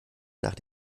nach